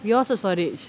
yours the storage